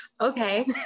okay